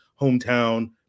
hometown –